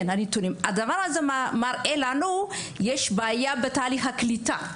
הדבר הזה מראה לנו שיש בעיה בתהליך הקליטה.